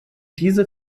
diese